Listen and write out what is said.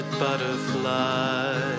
butterfly